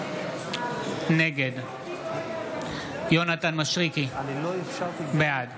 נגד יונתן מישרקי, בעד